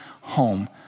home